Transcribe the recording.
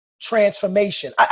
transformation